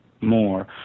more